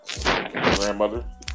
Grandmother